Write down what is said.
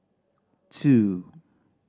two